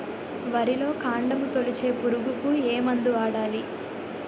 వరిలో కాండము తొలిచే పురుగుకు ఏ మందు వాడాలి?